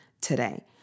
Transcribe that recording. today